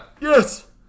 Yes